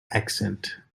accent